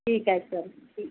ठीक आहे सर ठीक आहे